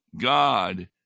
god